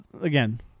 again